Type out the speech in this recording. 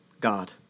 God